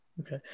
Okay